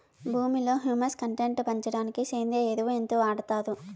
భూమిలో humus content పెంచడానికి సేంద్రియ ఎరువు ఎంత వాడుతారు